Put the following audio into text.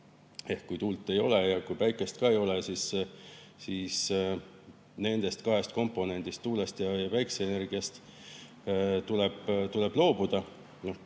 Kui tuult ei ole ja kui päikest ka ei ole, siis nendest kahest komponendist, tuulest ja päikeseenergiast tuleb loobuda.